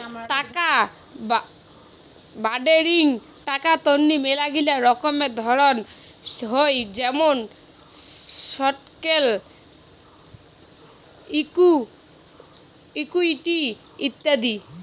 টাকা বাডেঙ্নি টাকা তন্নি মেলাগিলা রকমের ধরণ হই যেমন স্টকস, ইকুইটি ইত্যাদি